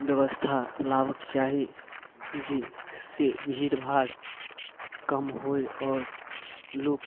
व्यवस्था लाबक चाही जाहिसँ भीड़भाड़ कम होइ आओर लोक